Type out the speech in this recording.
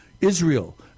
israel